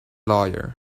lawyer